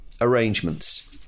arrangements